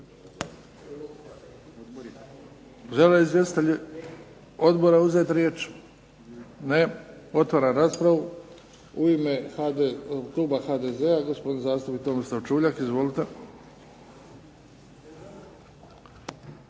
Žele li izvjestitelji odbora uzeti riječ? Ne. Otvaram raspravu. U ime kluba HDZ-a gospodin zastupnik Tomislav Čuljak. Izvolite.